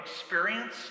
experience